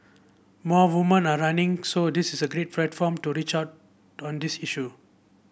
more woman are running so this is a great platform to reach out to on this issue